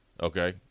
okay